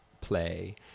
play